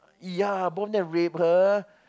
ya both of them raped her